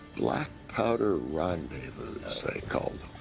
black-powder rendezvous, they called